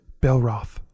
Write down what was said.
Belroth